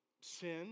sin